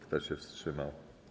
Kto się wstrzymał?